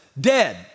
dead